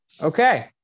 okay